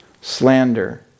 slander